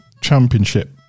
championship